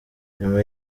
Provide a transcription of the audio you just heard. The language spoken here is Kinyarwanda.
nyuma